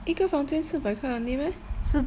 一个房间四百块 only meh